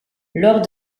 lors